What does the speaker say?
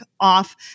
off